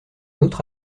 autre